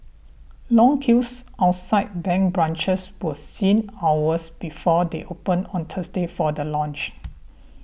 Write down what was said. long queues outside bank branches were seen hours before they opened on Thursday for the launch